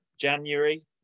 January